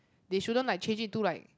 they shouldn't like change it too like